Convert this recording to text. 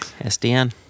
SDN